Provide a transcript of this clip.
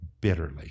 bitterly